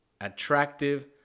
Attractive